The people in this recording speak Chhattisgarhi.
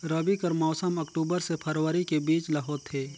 रबी कर मौसम अक्टूबर से फरवरी के बीच ल होथे